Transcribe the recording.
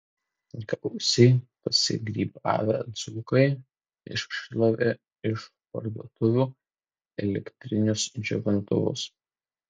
gausiai prisigrybavę dzūkai iššlavė iš parduotuvių elektrinius džiovintuvus